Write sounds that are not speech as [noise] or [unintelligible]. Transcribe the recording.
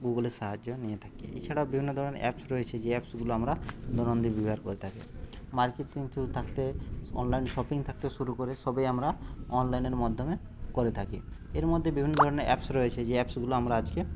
গুগলের সাহায্য নিয়ে থাকি এছাড়াও বিভিন্ন ধরণের অ্যাপস রয়েছে যে অ্যাপসগুলো আমরা দৈনন্দিন [unintelligible] করে থাকি মার্কেটিং [unintelligible] থাকতে অনলাইন শপিং থাকতে শুরু করে সবই আমরা অনলাইনের মাধ্যমে করে থাকি এর মধ্যে বিভিন্ন ধরনের অ্যাপস রয়েছে যে অ্যাপসগুলো আমরা আজকে